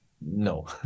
No